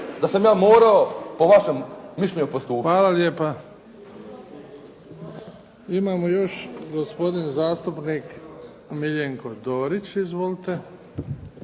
Da sam ja morao po vašem mišljenju postupiti. **Bebić, Luka (HDZ)** Hvala lijepa. Imamo još gospodin zastupnik Miljenko Dorić. Izvolite.